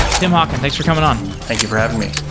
tim hockin, thanks for coming on. thank you for having me.